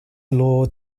law